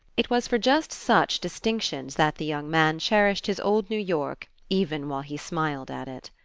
it was for just such distinctions that the young man cherished his old new york even while he smiled at it.